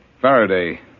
Faraday